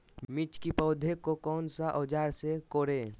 मिर्च की पौधे को कौन सा औजार से कोरे?